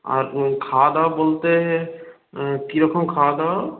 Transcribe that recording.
আর খাওয়াদাওয়া বলতে কিরকম খাওয়া দাওয়া